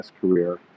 career